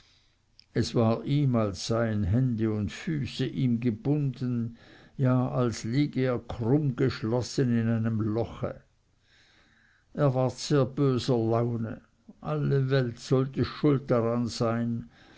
es war ihm als seien hände und füße ihm gebunden ja als liege er krummgeschlossen in einem loche er ward sehr böser laune alle welt sollte schuld daran sein